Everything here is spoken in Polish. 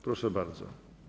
Proszę bardzo.